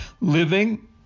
living